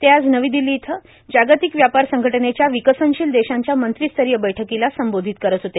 ते आज नवी दिल्ली इथं जागतिक व्यापार संघटनेच्या विकसनशील देशांच्या मंत्रिस्तरीय बैठकीला संबोधित करत होते